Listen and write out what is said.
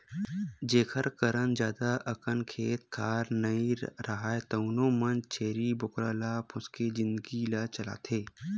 जेखर करन जादा अकन खेत खार नइ राहय तउनो मन छेरी बोकरा ल पोसके जिनगी ल चलाथे